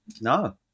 No